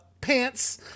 pants